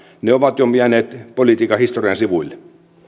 ne ovat jo jääneet politiikan historian sivuille